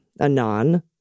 Anon